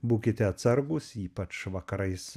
būkite atsargūs ypač vakarais